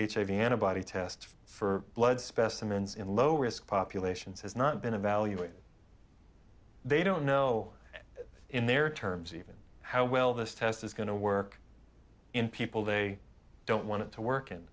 hiv antibody test for blood specimens in low risk populations has not been evaluated they don't know in their terms even how well this test is going to work in people they don't want to work